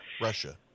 Russia